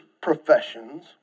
professions